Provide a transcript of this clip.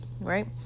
Right